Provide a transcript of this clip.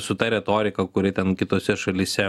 su ta retorika kuri ten kitose šalyse